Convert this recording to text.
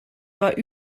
war